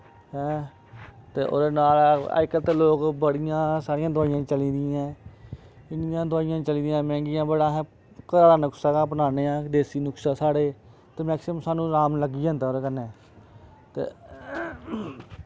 हैं ते ओह्दे नाल अजकल्ल ते लोक बड़ियां सारियां दोआइयां चली दियां ऐं इन्नियां दोआइयां चली दियां न मैंह्गियां बट असें घरा नुकसा गै अपनाने आं देस्सी नुकसा साढ़े ते मैक्सिमम साह्नू राम लग्गी जंदा ओह्दे कन्नै ते